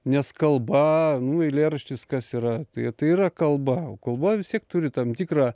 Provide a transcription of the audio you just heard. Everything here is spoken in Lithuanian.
nes kalba nu eilėraštis kas yra tai tai yra kalba o kalba vis tiek turi tam tikrą